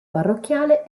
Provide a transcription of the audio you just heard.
parrocchiale